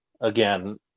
again